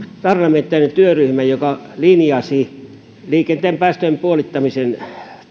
parlamentaarinen työryhmä joka linjasi liikenteen päästöjen puolittamisen